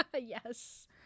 Yes